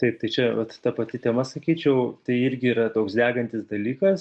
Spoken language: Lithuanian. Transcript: taip tai čia vat ta pati tema sakyčiau tai irgi yra toks degantis dalykas